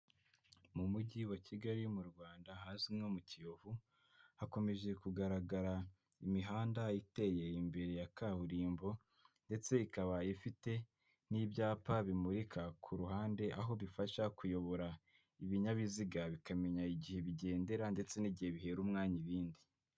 Mu mujyi wa Kigali mu Rwanda ahazwi nko mu Kiyovu, hakomeje kugaragara imihanda iteye imbere ya kaburimbo ndetse ikaba ifite n'ibyapa bimurika ku ruhande, aho bifasha kuyobora ibinyabiziga bikamenya igihe bigendera ndetse n'igihe bihera umwanya ibindi.